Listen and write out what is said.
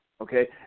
Okay